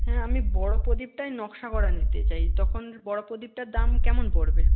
হ্যাঁ আমি বড়ো প্রদীপটাই নকশা করা নিতে চাই তখন বড়ো প্রদীপটার দাম কেমন পড়বে